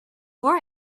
war